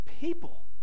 people